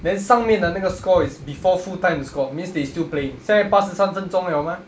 then 上面的那个 score is before full-time the score means they still play 现在八十三分钟 liao mah